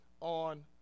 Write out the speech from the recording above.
On